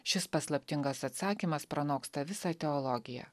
šis paslaptingas atsakymas pranoksta visą teologiją